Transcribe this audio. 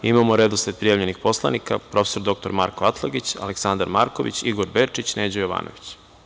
Imamo redosled prijavljenih poslanika – prof. dr Marko Atlagić, Aleksandar Marković, Igor Bečić, Neđo Jovanović.